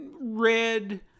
red